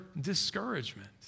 discouragement